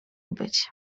być